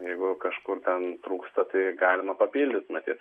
jeigu kažkur ten trūksta tai galima papildyt matyt